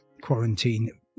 quarantine